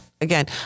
again